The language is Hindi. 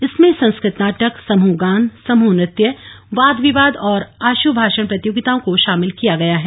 इसमें संस्कृत नाटक समूह गान समूह नृत्य वाद विवाद और आशुभाषण प्रतियोगिताओं को ्शामिल किया गया है